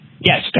Yes